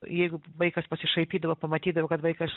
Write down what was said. jeigu vaikas pasišaipydavo pamatydavo kad vaikas